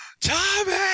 Tommy